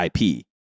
ip